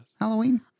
Halloween